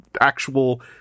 actual